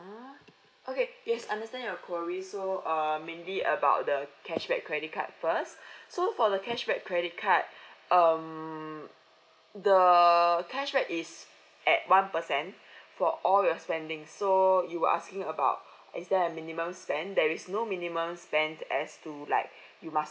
okay yes understand your queries so err mainly about the cashback credit card first so for the cashback credit card um the cashback is at one percent for all your spending so you were asking about is there a minimum spend there is no minimum spend as to like you must